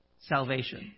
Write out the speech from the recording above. salvation